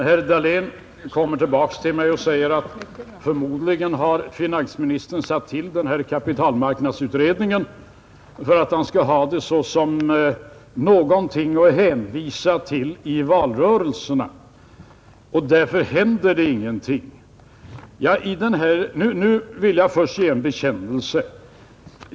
Herr Dahlén kommer tillbaka till mig och säger att förmodligen har finansministern satt till den här kapitalmarknadsutredningen för att han skall ha den såsom någonting att hänvisa till i valrörelser, och därför händer det ingenting. Nu vill jag först göra en bekännelse.